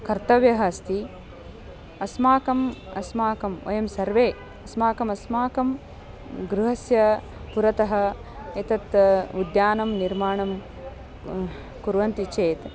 कर्तव्यः अस्ति अस्माकम् अस्माकं वयं सर्वे अस्माकमस्माकं गृहस्य पुरतः एतत् उद्यानं निर्माणं कुर्वन्ति चेत्